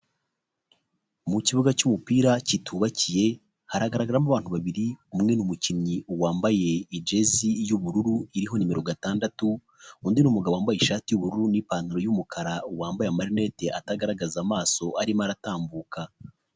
Mu kibuga cy'umupira kitubakiye haragaragaramo abantu babiri, umwe ni umukinnyi wambaye ijesi y'ubururu iriho nimero gatandatu, undi ni umugabo wambaye ishati y'ubururu n'ipantaro y'umukara wambaye amanete atagaragaza amaso arimo aratambuka.